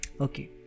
Okay